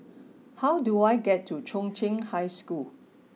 how do I get to Chung Cheng High School